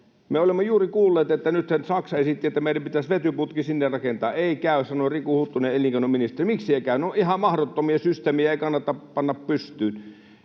Me olemme juuri kuulleet, että nythän Saksa esitti, että meidän pitäisi vetyputki sinne rakentaa. ”Ei käy”, sanoi Riku Huttunen ja elinkeinoministeri. Miksi ei käy? No ihan mahdottomia systeemejä ei kannata panna pystyyn.